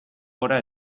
gora